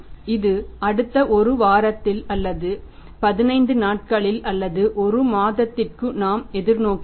இது அடுத்த ஒரு வாரத்தில் அல்லது 15 நாட்களில் அல்லது 1 மாதத்திற்கு நாம் எதிர்நோக்குகிறோம்